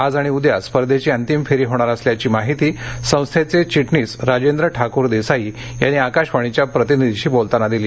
आज आणि उद्या स्पर्धेची अंतीम फेरी होणार असल्याची माहिती संस्थेचे चिजीस राजेंद्र ठाकूरदेसाई यांनी आकाशवाणीच्या प्रतिनिधींशी बोलतांना दिली